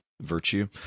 virtue